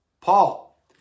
Paul